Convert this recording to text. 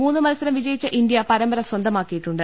മൂന്ന് മത്സരം വിജയിച്ച് ഇന്ത്യ പരമ്പര സ്വന്തമാക്കിയിട്ടുണ്ട്